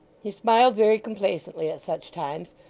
he smiled very complacently at such times,